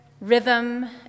rhythm